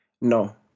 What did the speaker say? No